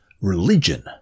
religion